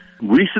recent